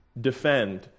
defend